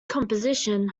composition